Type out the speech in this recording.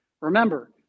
Remember